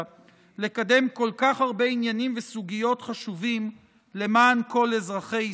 לקדם כל כך הרבה עניינים וסוגיות חשובים למען כל אזרחי ישראל.